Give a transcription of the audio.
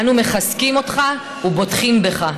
אנו מחזקים אותך ובוטחים בך.